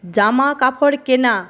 জামাকাপড় কেনা